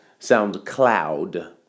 SoundCloud